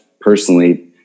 personally